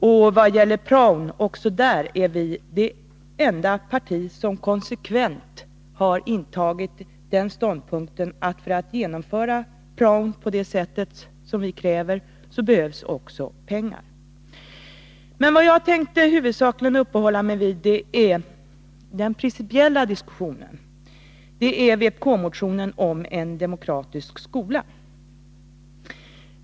Också vad gäller prao är vi det enda parti som konsekvent intagit ståndpunkten att det, för att genomföra prao på det sätt vi kräver, också behövs pengar. Jag tänker huvudsakligen uppehålla mig vid den principiella diskussionen och vpk-motionen om en demokratisk skola.